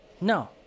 No